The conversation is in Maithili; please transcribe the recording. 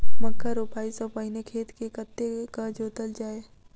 मक्का रोपाइ सँ पहिने खेत केँ कतेक जोतल जाए?